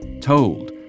told